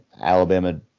Alabama